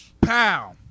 Pow